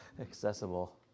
accessible